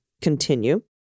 continue